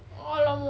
!alamak!